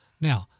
Now